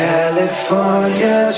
California